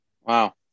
Wow